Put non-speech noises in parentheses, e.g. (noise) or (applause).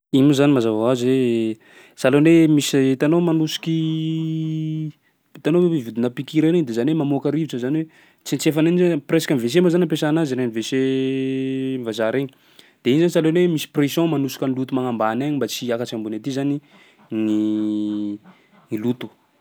Igny moa zany mazava hoazy hoe sahalan'ny hoe misy hitanao manosiky (hesitation) hitanao ve io vodina piqûran'igny de zany hoe mamoaka rivotsa, zany hoe tsentsefana igny zany presque am' WC moa zany ampiasana azy regny WC (hesitation) vazaha regny. De iny zany sahalan'ny hoe misy pression manosika ny loto magnambany agny mba tsy hiakatsy ambony aty zany ny (hesitation) i loto.